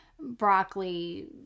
broccoli